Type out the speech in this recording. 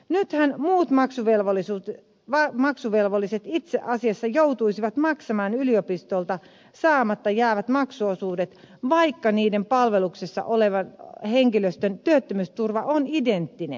nythän muut maksuvelvolliset itse asiassa joutuisivat maksamaan yliopistolta saamatta jäävät maksuosuudet vaikka niiden palveluksessa olevan henkilöstön työttömyysturva on identtinen